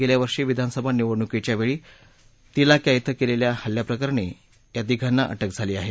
गेल्यावर्षी विधानसभा निवडणुकीच्या वेळी तिलाक्या ॐ केलेल्या हल्ल्याप्रकरणी या तिघांना अटक झाली आहे